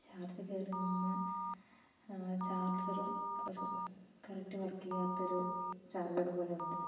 charge കേറുന്ന ചാർജ്ജറും ഒരു കറക്റ്റ് വർക്ക് ചെയ്യാത്ത ഒരു ചാർജ്ജർ പോലെയുണ്ട്